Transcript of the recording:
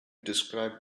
described